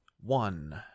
one